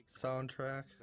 soundtrack